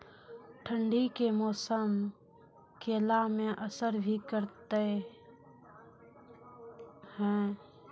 ठंड के मौसम केला मैं असर भी करते हैं?